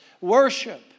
worship